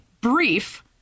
brief